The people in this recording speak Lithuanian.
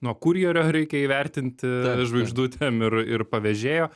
nuo kurjerio reikia įvertinti žvaigždutėm ir ir pavežėjo